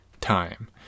time